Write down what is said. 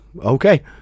okay